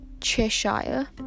Cheshire